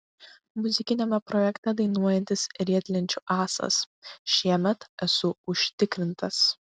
muzikiniame projekte dainuojantis riedlenčių ąsas šiemet esu užtikrintas